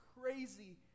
crazy